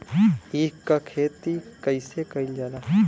ईख क खेती कइसे कइल जाला?